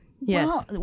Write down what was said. yes